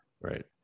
right